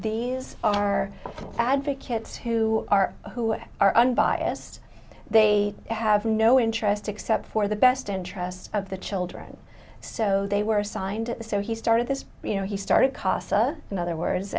these are advocates who are who are unbiased they have no interest except for the best interests of the children so they were assigned so he started this you know he started casa and other words